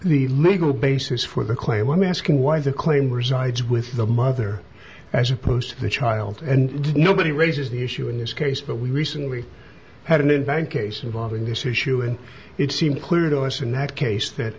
the legal basis for the claim i'm asking why the claim resides with the mother as opposed to the child and nobody raises the issue in this case but we recently had an inbound case involving this issue and it seemed clear to us in that case that